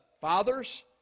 Father's